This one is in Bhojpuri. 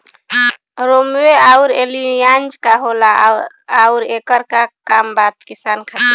रोम्वे आउर एलियान्ज का होला आउरएकर का काम बा किसान खातिर?